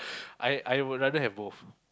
I I would rather have both